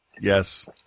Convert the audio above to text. Yes